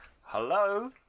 Hello